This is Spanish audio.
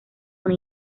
una